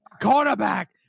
Quarterback